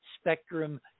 spectrum